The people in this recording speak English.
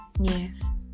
Yes